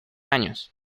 años